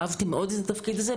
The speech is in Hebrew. אהבתי מאוד את התפקיד הזה.